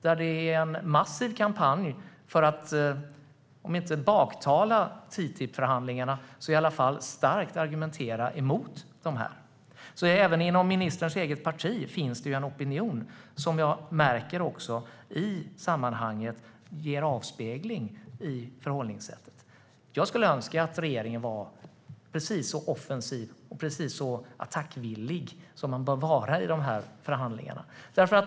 Här drivs en massiv kampanj för att kanske inte baktala TTIP-förhandlingarna men starkt argumentera mot dem. Även inom ministerns parti finns det alltså en opinion, vilket jag märker ger avspegling i förhållningssättet. Jag skulle önska att regeringen var precis så offensiv och attackvillig som man bör vara i dessa förhandlingar.